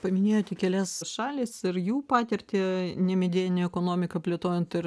paminėjote kelias šalis ir jų patirtį nemedieninę ekonomiką plėtojant ir